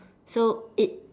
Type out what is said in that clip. so it's